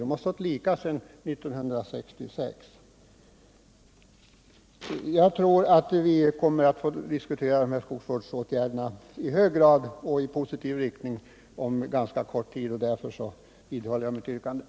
Dessa avgifter har legat oförändrade sedan 1966. Vi kommer inom ganska kort tid att få en ingående och som jag hoppas positiv diskussion om dessa skogsvårdsåtgärder, och därför vidhåller jag mitt yrkande att för dagen avslå förslaget om kraftigt höjda skogsvårdsavgifter.